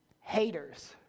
haters